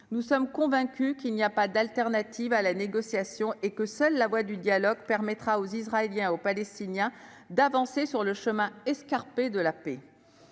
Nous sommes convaincus qu'il n'y a pas d'autre solution que la négociation et que seule la voie du dialogue permettra aux Israéliens et aux Palestiniens d'avancer sur le chemin escarpé de la paix.